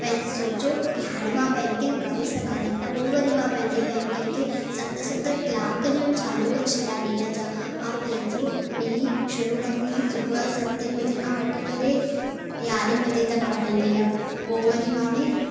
पहले सोचो की हाणे मां बैंकिंग करे सघंदमि पोइ वरी मां पंहिंजे बैंकिंग खे सत सत कलाक ॾेयण चालू करे छॾिया ॾींहुं जा मां पंहिंजो ॾींहुं शुरू कंदी हुयमि सुबुह जो सते बजे खां वठी करे यारहें बजे तक पढंदी हुयमि पोइ वरी माने